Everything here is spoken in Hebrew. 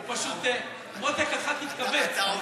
הוא פה, הוא פשוט "מותק, הח"כ התכווץ", אתה מבין?